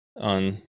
on